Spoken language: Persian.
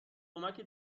کمکی